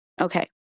Okay